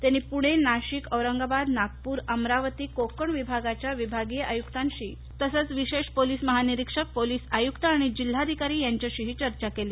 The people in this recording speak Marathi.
त्यांनी पुणे नाशिक औरंगाबाद नागपूर अमरावती कोकण विभागाच्या विभागीय आयुकांबरोबरच विशेष पोलीस महानिरीक्षक पोलीस आयुक्त आणि जिल्हाधिकारी यांच्याशी चर्चा केली